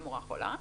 המורה חולה,